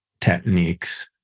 techniques